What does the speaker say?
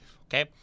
okay